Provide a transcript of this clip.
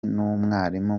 n’umwarimu